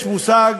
יש מושג